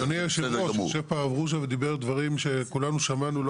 אדוני יושבת הראש יושב פה הרב רוז'ה ודיבר על דברים שכולנו שמענו.